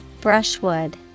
Brushwood